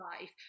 Life